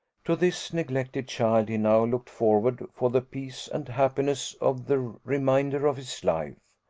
to this neglected child he now looked forward for the peace and happiness of the remainder of his life.